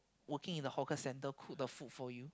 working in the hawker center cook the food for you